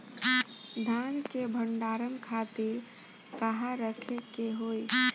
धान के भंडारन खातिर कहाँरखे के होई?